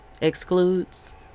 Excludes